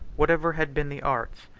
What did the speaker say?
whatever had been the arts,